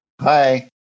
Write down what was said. Hi